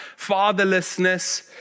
fatherlessness